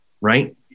right